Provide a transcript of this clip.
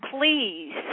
Please